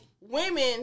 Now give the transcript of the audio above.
women